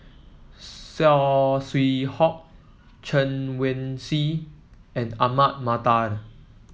Saw Swee Hock Chen Wen Hsi and Ahmad Mattar